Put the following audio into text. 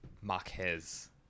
Marquez